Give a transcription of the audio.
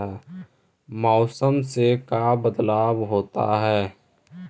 मौसम से का बदलाव होता है?